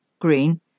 Green